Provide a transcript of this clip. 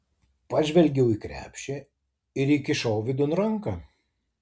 pažvelgiau į krepšį ir įkišau vidun ranką